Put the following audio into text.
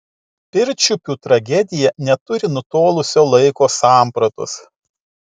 pirčiupių tragedija neturi nutolusio laiko sampratos